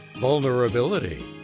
vulnerability